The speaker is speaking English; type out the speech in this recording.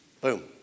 boom